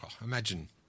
Imagine